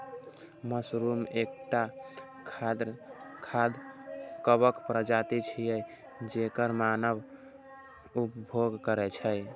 mushroom एकटा खाद्य कवक प्रजाति छियै, जेकर मानव उपभोग करै छै